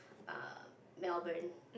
err Melbourne